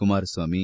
Kumaraswamy